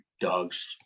dogs